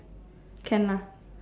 can lah